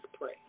pray